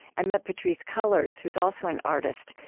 i met patrisse cullors, who is also an artist,